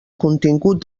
contingut